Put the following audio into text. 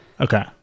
Okay